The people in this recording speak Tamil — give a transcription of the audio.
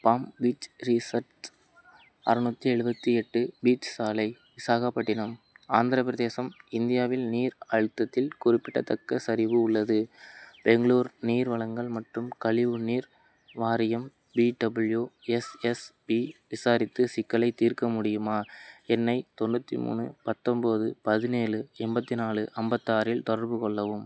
பாம் பீச் ரீசர்ட் அறுநூற்றி எலுபத்தி எட்டு பீச் சாலை விசாகப்பட்டினம் ஆந்திரப் பிரதேசம் இந்தியாவில் நீர் அழுத்தத்தில் குறிப்பிட்டத்தக்க சரிவு உள்ளது பெங்களூர் நீர் வழங்கல் மற்றும் கழிவுநீர் வாரியம் பிடபிள்யூஎஸ்எஸ்பி விசாரித்து சிக்கலைத் தீர்க்க முடியுமா என்னை தொண்ணூற்றி மூணு பத்தொம்பது பதினேலு எண்பத்தி நாலு ஐம்பத்தாறில் தொடர்பு கொள்ளவும்